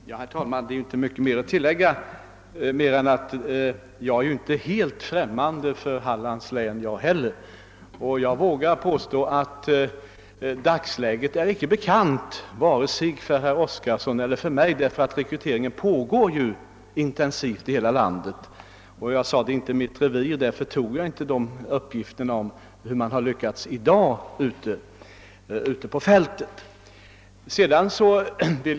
Herr talman! Det är inte mycket att tillägga mer än att inte heller jag är helt främmande för problemen i Hallands län. Jag vågar påstå att dagsläget inte är bekant vare sig för herr Oskarson eller för mig, eftersom en intensiv rekrytering pågår i hela landet. Jag lämnade inga uppgifter om hur man i dag har lyckats ute på fältet, eftersom detta, som jag sade, inte är mitt revir.